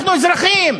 אנחנו אזרחים,